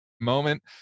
moment